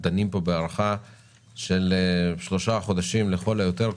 דנים פה בהארכה של שלושה חודשים לכל היותר,